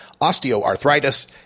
osteoarthritis